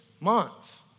months